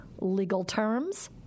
legalterms